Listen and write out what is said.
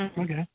Okay